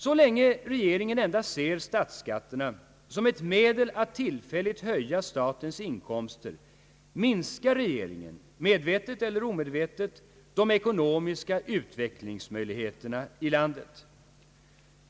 Så länge regeringen endast ser statsskatterna som ett medel att tillfälligt höja statens inkomster minskar regeringen, medvetet eller omedvetet, de ekonomiska utvecklingsmöjligheterna i landet.